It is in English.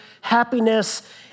happiness